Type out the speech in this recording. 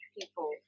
people